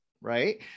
right